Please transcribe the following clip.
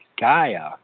Gaia